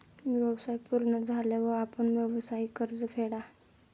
व्यवसाय पूर्ण झाल्यावर आपण व्यावसायिक कर्ज फेडा